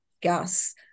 gas